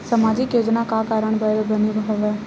सामाजिक योजना का कारण बर बने हवे?